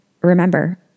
Remember